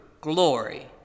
Glory